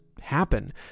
happen